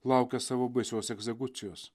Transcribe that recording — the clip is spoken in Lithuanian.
laukia savo baisios egzekucijos